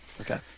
Okay